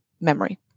memory